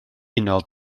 unol